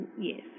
Yes